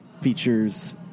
features